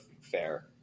fair